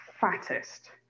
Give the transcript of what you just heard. fattest